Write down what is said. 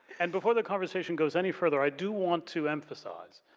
and, before the conversation goes any further i do want to emphasize